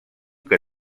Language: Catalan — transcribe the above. que